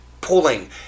pulling